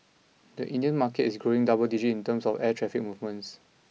the Indian market is growing double digit in terms of air traffic movements